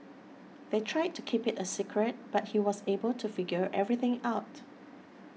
they tried to keep it a secret but he was able to figure everything out